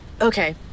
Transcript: Okay